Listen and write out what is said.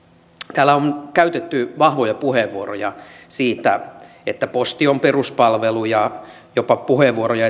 täällä on käytetty vahvoja puheenvuoroja siitä että posti on peruspalvelu ja jopa puheenvuoroja